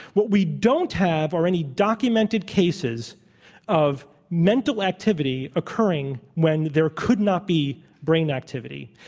what we don't have are any documented cases of mental activity occurring when there could not be brain activity.